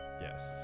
Yes